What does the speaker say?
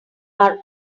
are